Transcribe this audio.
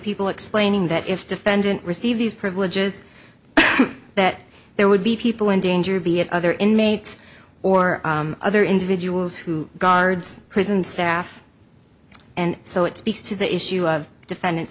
people explaining that if defendant receive these privileges that there would be people in danger be it other inmates or other individuals who guards prison staff and so it speaks to the issue of defendant